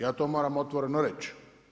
Ja to moram otvoreno reći.